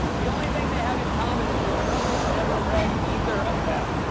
the only thing they have in common is that trump has never read either of them.